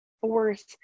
force